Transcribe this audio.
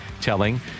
telling